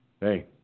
Hey